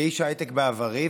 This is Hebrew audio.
כאיש היי-טק בעברי,